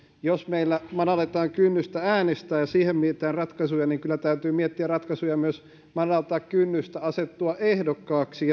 jos meillä madalletaan kynnystä äänestää ja siihen mietitään ratkaisuja kyllä täytyy miettiä ratkaisuja myös madaltaa kynnystä asettua ehdokkaaksi